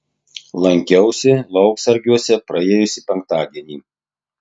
lankiausi lauksargiuose praėjusį penktadienį